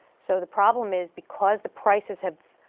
so the problem is because the prices have,